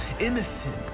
innocent